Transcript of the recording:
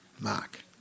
mark